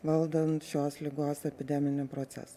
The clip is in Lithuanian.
valdant šios ligos epideminį procesą